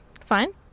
Fine